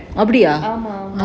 ஆமா:aamaa